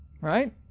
right